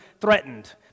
threatened